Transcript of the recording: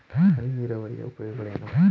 ಹನಿ ನೀರಾವರಿಯ ಉಪಯೋಗಗಳೇನು?